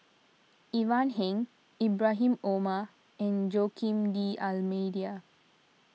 Ivan Heng Ibrahim Omar and Joaquim D'Almeida